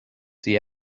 see